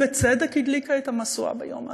היא בצדק הדליקה את המשואה ביום העצמאות.